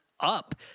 Up